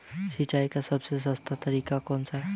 सिंचाई का सबसे सस्ता तरीका कौन सा है?